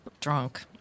drunk